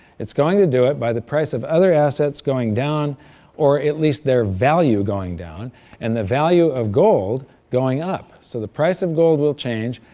it's going to do it by the price of other assets going down or at least their value going down and the value of gold going up so the price of gold will change,